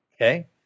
Okay